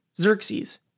Xerxes